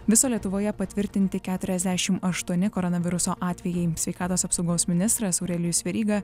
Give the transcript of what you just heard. viso lietuvoje patvirtinti keturiasdešim aštuoni koronaviruso atvejai sveikatos apsaugos ministras aurelijus veryga